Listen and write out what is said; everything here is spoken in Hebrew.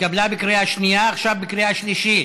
התקבלה בקריאה שנייה, עכשיו בקריאה שלישית.